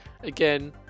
again